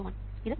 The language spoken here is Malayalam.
പിന്നെ ഇത് 1